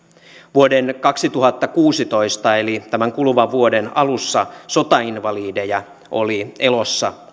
vuoden kaksituhattakuusitoista eli tämän kuluvan vuoden alussa sotainvalideja oli elossa